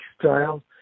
style